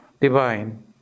Divine